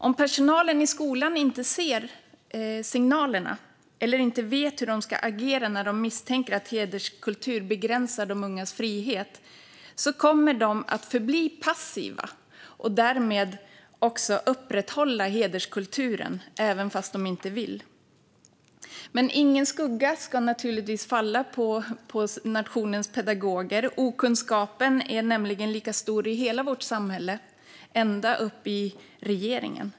Om personalen i skolan inte ser signalerna eller inte vet hur de ska agera när de misstänker att hederskultur begränsar de ungas frihet kommer de att förbli passiva och därmed också upprätthålla hederskulturen, även om de inte vill. Men ingen skugga ska naturligtvis falla på nationens pedagoger. Okunskapen är nämligen lika stor i hela vårt samhälle ända upp i regeringen.